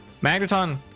Magneton